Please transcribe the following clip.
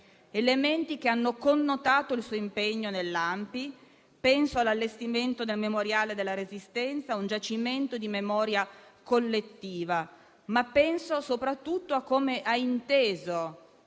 elementi che hanno connotato il suo impegno nell'ANPI. Penso all'allestimento del Memoriale della Resistenza, un giacimento di memoria collettiva; ma penso soprattutto a come ha inteso